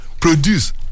Produce